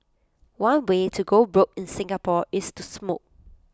one way to go broke in Singapore is to smoke